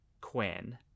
Quinn